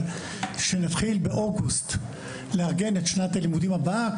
שנתחיל באוגוסט לארגן את שנת הלימודים הבאה,